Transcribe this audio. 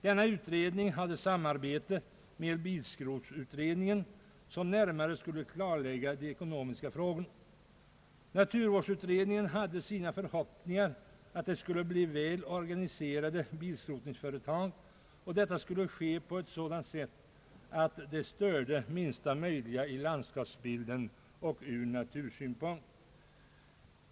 Denna utredning samarbetade med bilskrotutredningen, som närmare skulle klarlägga de ekonomiska frågorna. Naturvårdsutredningen hade sina förhoppningar om att det skulle bli väl organiserade bilskrotningsföretag och att bilskrotningen skulle ske på sådant sätt att den störde så litet som möjligt i landskapsbilden och ur natursynpunkt.